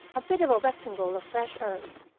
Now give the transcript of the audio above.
a bit of a rectangle of fresh earth,